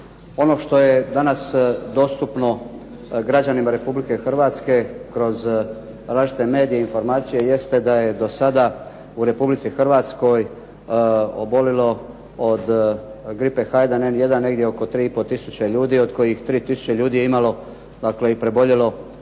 Ono što je danas dostupno građanima Republike Hrvatske kroz različite medije i informacije jeste da je do sada u Republici Hrvatskoj obolilo od gripe H1N1 negdje oko 3 i pol tisuće ljudi od kojih 3 tisuće ljudi je imalo, dakle i preboljelo